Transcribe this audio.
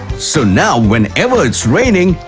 so now whenever it's raining,